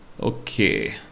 okay